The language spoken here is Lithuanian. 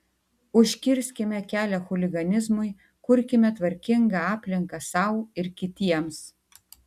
užkirskime kelią chuliganizmui kurkime tvarkingą aplinką sau ir kitiems